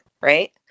right